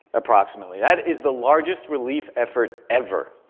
approximately. that is the largest relief effort ever.